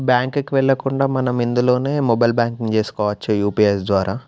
బ్యాంక్కి వెళ్ళకుండా మనం ఇందులోనే మొబైల్ బ్యాంకింగ్ చేసుకోవచ్చు యూపిఎస్ ద్వారా